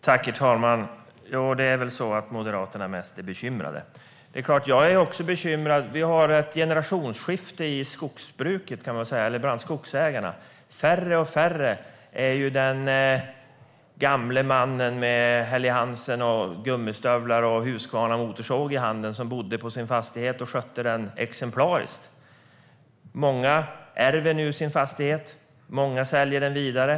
Herr talman! Jo, det är väl så att Moderaterna mest är bekymrade. Jag är också bekymrad. Det sker ett generationsskifte bland skogsägarna. Allt färre skogsägare är som den gamle mannen med Helly Hansen-tröja, gummistövlar och Husqvarnamotorsåg i handen, som bodde på sin fastighet och skötte den exemplariskt. Många ärver fastigheter. Många säljer dem vidare.